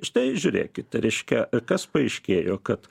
štai žiūrėkit reiškia kas paaiškėjo kad